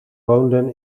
woonden